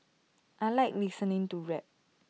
I Like listening to rap